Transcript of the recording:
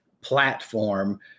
platform